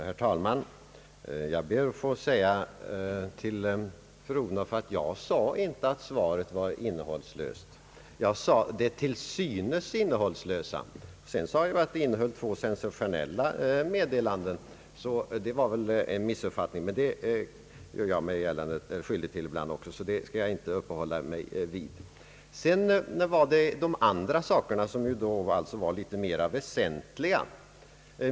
Herr talman! Jag sade inte, fru Odhnoff, att svaret var innehållslöst utan talade om det »till synes innehållslösa» svaret, och sedan sade jag att svaret innehåll två sensationella meddelanden,. Därför var det väl en missuppfattning, men sådant gör jag mig också skyldig till ibland, och därför skall jag inte uppehålla mig vid detta. Så kommer jag till de andra sakerna, som var litet mera väsentliga.